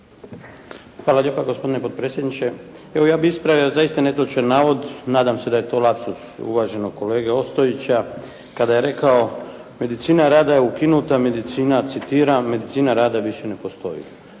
Hvala lijepa gospodine potpredsjedniče. Evo ja bih ispravio zaista netočan navod. Nadam se da je to lapsus uvaženog kolege Ostojića kada je rekao “medicina rada je ukinuta, medicina citiram više ne postoji“.